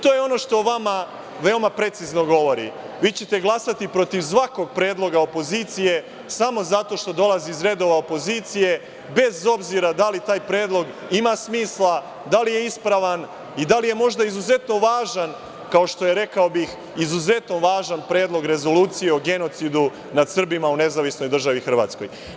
To je ono što o vama veoma precizno govori, glasaćete protiv svakog predloga opozicije samo zato što dolazi iz redova opozicije, bez obzira da li taj predlog ima smisla, da li je ispravan i da li je možda izuzetno važan, kao što je, rekao bih, izuzetno važan predlog Rezolucije o genocidu nad Srbima u Nezavisnoj državi Hrvatskoj.